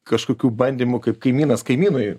kažkokių bandymų kaip kaimynas kaimynui